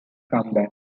comeback